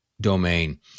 domain